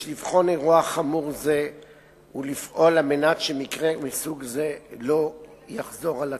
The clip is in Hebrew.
יש לבחון אירוע חמור זה ולפעול על מנת שמקרה מסוג זה לא יחזור על עצמו.